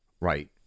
Right